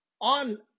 on